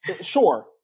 Sure